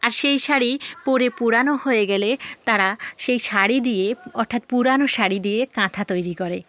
আর সেই শাড়ি পরে পুরানো হয়ে গেলে তারা সেই শাড়ি দিয়ে অর্থাৎ পুরানো শাড়ি দিয়ে কাঁথা তৈরি করে